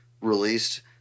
released